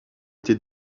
été